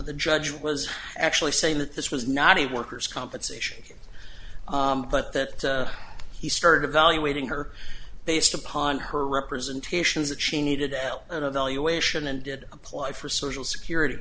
the judge was actually saying that this was not a worker's compensation but that he started evaluating her based upon her representations that she needed help and evaluation and did apply for social security